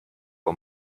for